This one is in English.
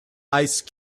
ice